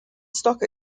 stock